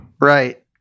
Right